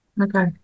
Okay